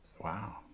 Wow